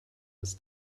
als